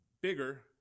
bigger